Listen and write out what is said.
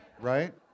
Right